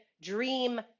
dream